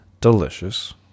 delicious